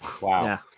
Wow